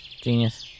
Genius